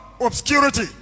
obscurity